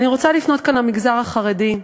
אני רוצה לפנות כאן למגזר החרדי.